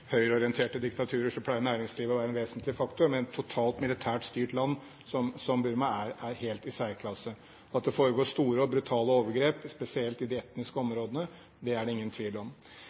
høyreorienterte diktaturer pleier næringslivet å være en vesentlig faktor. Men et totalt militært styrt land, som Burma, er helt i særklasse. At det foregår store og brutale overgrep, spesielt i de etniske områdene, er det ingen tvil om.